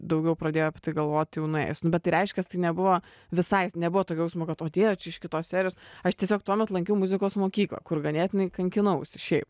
daugiau pradėjo galvoti jau nuėjęs nu bet tai reiškias tai nebuvo visai nebuvo tokio jausmokad vat atėjo čia iš kitos serijos aš tiesiog tuomet lankiau muzikos mokyklą kur ganėtinai kankinausi šiaip